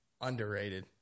Underrated